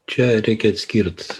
čia reikia atskirt